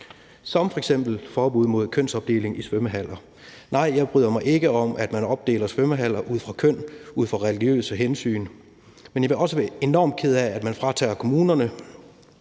som f.eks. kønsopdeling i svømmehaller. Nej, jeg bryder mig ikke om, at man opdeler svømmehaller ud fra køn på grund af religiøse hensyn, men jeg vil også være enormt ked af, at man fratager kommunerne,